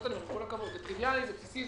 זה טריוויאלי, בסיסי.